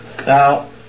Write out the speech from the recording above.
Now